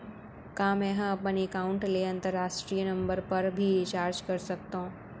का मै ह अपन एकाउंट ले अंतरराष्ट्रीय नंबर पर भी रिचार्ज कर सकथो